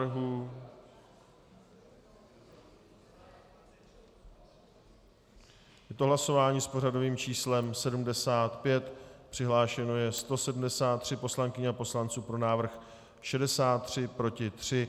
Je to hlasování s pořadovým číslem 75, přihlášeno je 173 poslankyň a poslanců, pro návrh 63, proti 3.